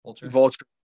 Vulture